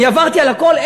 אני עברתי על הכול,